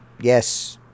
yes